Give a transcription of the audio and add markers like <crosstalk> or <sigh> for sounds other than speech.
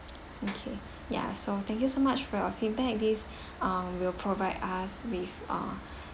okay ya so thank you so much for your feedback this <breath> um will provide us with uh <breath>